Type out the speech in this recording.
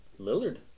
Lillard